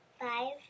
Five